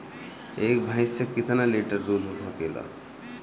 एक भइस से कितना लिटर दूध हो सकेला?